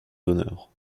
d’honneur